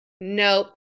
nope